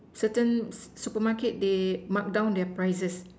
certain supermarket they mark down their prices